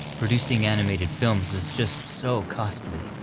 producing animated films was just so costly.